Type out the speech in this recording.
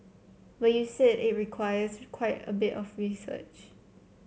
but you said it requires quite a bit of research